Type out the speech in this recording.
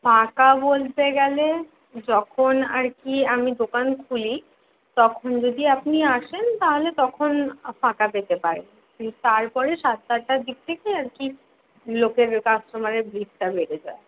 ফাঁকা বলতে গেলে যখন আর কি আমি দোকান খুলি তখন যদি আপনি আসেন তাহলে তখন ফাঁকা পেতে পারেন তারপরে সাতটা আটটার দিক থেকে আর কি লোকের কাস্টমারের ভিড়টা বেড়ে যায়